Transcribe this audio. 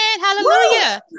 Hallelujah